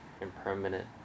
impermanent